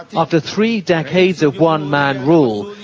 after three decades of one-man rule,